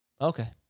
Okay